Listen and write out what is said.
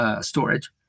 storage